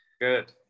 good